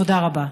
תודה רבה.